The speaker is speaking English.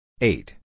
Eight